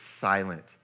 silent